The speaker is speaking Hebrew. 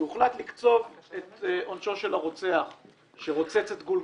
שהוחלט לקצוב את עונשו של הרוצח שרוצץ את גולגלתה.